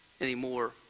anymore